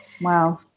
Wow